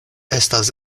estas